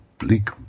Bleak